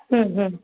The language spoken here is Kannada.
ಹ್ಞೂ ಹ್ಞೂ